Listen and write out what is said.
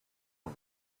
sun